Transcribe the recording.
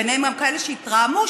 ובהם גם כאלה שהתרעמו,